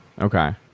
Okay